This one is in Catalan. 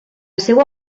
seua